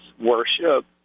worship